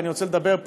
ואני רוצה לדבר פה,